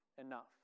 enough